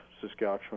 Saskatchewan